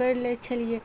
करि लै छलियै